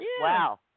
Wow